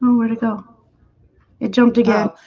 um where to go it jumped again.